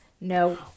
no